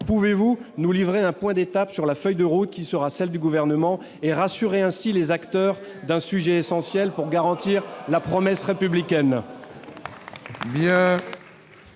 pouvez-vous nous livrer un point d'étape sur la feuille de route du Gouvernement et rassurer ainsi les acteurs d'un dossier essentiel pour garantir la promesse républicaine ?